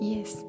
Yes